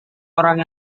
orang